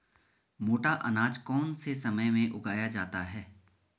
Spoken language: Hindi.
मोटा अनाज कौन से समय में उगाया जाता है?